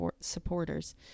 supporters